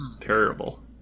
terrible